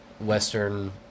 western